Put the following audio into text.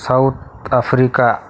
South Africa